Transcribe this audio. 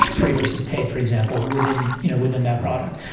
free versus paid for example, within you know within that product.